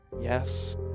Yes